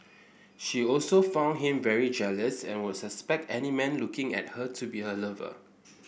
she also found him very jealous and would suspect any man looking at her to be her lover